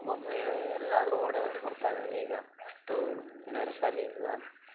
ಒಬ್ಬ ಮಹಿಳೆ ಎಲ್ಲಾದರೂ ಓಡಾಡಿ ಬರ್ತಾಳೆ ಈಗ ಅಷ್ಟು ಧೈರ್ಯಶಾಲಿ ಇಲ್ಲ